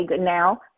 now